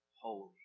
holy